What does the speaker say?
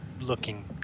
looking